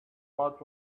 out